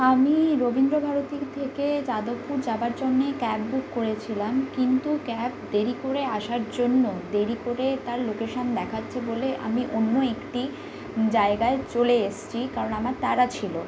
আমি রবীন্দ্রভারতী থেকে যাদবপুর যাওয়ার জন্য ক্যাব বুক করেছিলাম কিন্তু ক্যাব দেরি করে আসার জন্য দেরি করে তার লোকেশন দেখাচ্ছে বলে আমি অন্য একটি জায়গায় চলে এসেছি কারণ আমার তাড়া ছিল